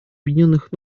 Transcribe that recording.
объединенных